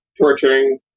torturing